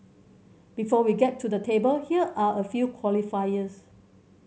before we get to the table here are a few qualifiers